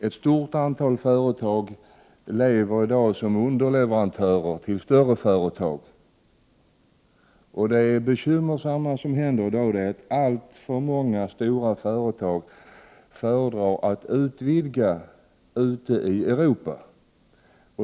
Ett stort antal företag lever i dag på att vara underleverantörer till större företag. Det bekymmersamma blir, om vi inte närmar oss Europa eller om vi för en oklar EG-politik, att alltför många stora företag föredrar att utvidga sin verksamhet ute i Europa.